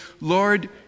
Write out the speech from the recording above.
Lord